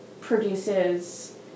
produces